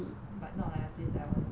but not like a place I want to go